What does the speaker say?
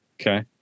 Okay